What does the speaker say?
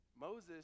Moses